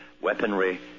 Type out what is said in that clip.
weaponry